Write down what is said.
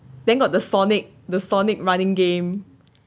then got the sonic the sonic running game